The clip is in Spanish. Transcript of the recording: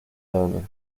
año